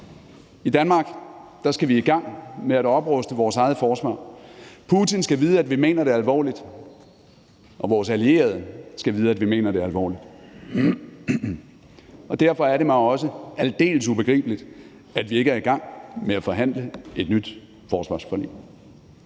I Danmark skal vi i gang med at opruste vores eget forsvar. Putin skal vide, at vi mener det alvorligt, og vores allierede skal vide, at vi mener det alvorligt. Derfor er det mig også aldeles ubegribeligt, at vi ikke er i gang med at forhandle et nyt forsvarsforlig.